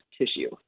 tissue